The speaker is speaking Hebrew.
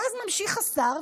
ואז ממשיך השר,